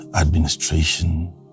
administration